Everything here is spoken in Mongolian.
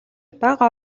бага